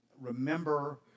remember